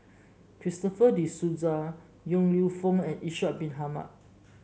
Christopher De Souza Yong Lew Foong and Ishak Bin Ahmad